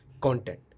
content